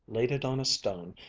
laid it on a stone,